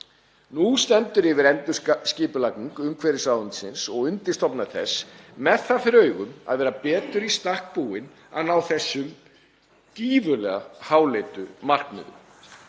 Nú stendur yfir endurskipulagning umhverfisráðuneytisins og undirstofnana þess með það fyrir augum að vera betur í stakk búin að ná þessum gífurlega háleitu markmiðum.